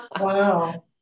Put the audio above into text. Wow